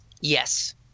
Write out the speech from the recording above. Yes